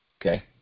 okay